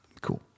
Cool